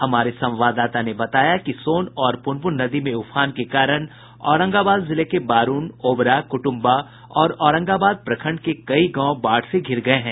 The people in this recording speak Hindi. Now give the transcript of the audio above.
हमारे संवाददाता ने बताया कि सोन और प्रनपुन नदी में उफान के कारण औरंगाबाद जिले के बारूण ओबरा कुटुम्बा और औरंगाबाद प्रखंड के कई गांव बाढ़ से घिर गये हैं